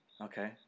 Okay